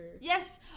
Yes